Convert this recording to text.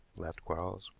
laughed quarles.